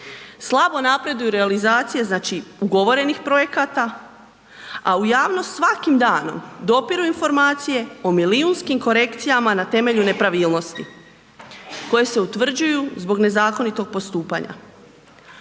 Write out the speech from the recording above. Slabo napreduju realizacije, znači, ugovorenih projekata, a u javnost svakim danom dopiru informacije o milijunskim korekcijama na temelju nepravilnosti koje se utvrđuju zbog nezakonitog postupanja.